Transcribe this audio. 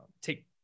Take